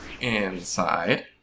Inside